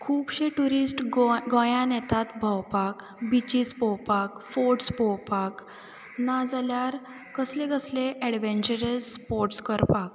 खुबशे ट्युरिस्ट गोंयांत येतात भोंवपाक बिचीस पोवपाक फोर्ट्स पोवपाक नाजाल्यार कसले कसले एडवेंचरस स्पोर्ट्स करपाक